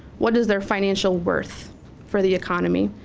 what is their financial worth for the economy?